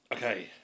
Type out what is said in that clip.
Okay